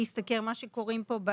מה שקוראים לו פה,